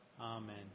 Amen